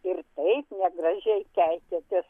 ir taip negražiai keikiatės